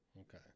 Okay